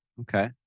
okay